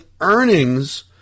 earnings